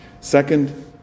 Second